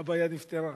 הבעיה נפתרה.